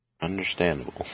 Understandable